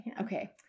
okay